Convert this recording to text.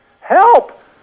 Help